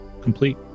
complete